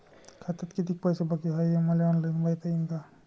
खात्यात कितीक पैसे बाकी हाय हे मले ऑनलाईन पायता येईन का?